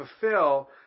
fulfill